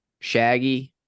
Shaggy